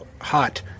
hot